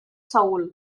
seül